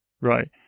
Right